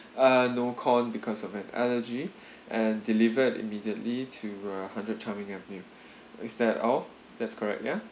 uh no corn because of an allergy and deliver immediately to uh hundred charming avenue is that all that's correct ya